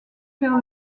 faire